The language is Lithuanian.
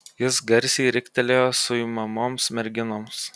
jis garsiai riktelėjo suimamoms merginoms